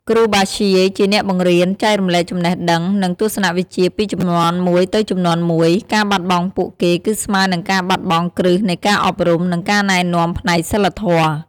គ្រូបាធ្យាយ ជាអ្នកបង្រៀន ចែករំលែកចំណេះដឹង និងទស្សនវិជ្ជាពីជំនាន់មួយទៅជំនាន់មួយ ការបាត់បង់ពួកគេគឺស្មើនឹងការបាត់បង់គ្រឹះនៃការអប់រំ និងការណែនាំផ្នែកសីលធម៌។